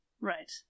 Right